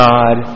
God